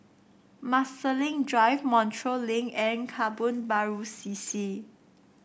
Marsiling Drive Montreal Link and Kebun Baru C C